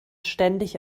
ständig